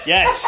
Yes